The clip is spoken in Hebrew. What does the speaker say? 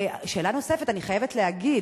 שאלה נוספת: אני חייבת להגיד,